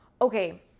Okay